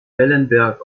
wellenberg